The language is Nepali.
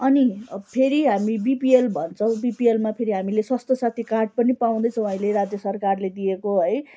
अनि फेरि हामी बिपिएल भन्छौँ बिपिएलमा फेरि हामीले स्वास्थ्य साथी कार्ड पनि पाउँदैछौँ अहिले राज्य सरकारले दिएको है